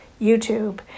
YouTube